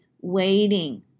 waiting